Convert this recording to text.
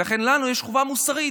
ולכן לנו יש חובה מוסרית,